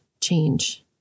change